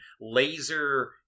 laser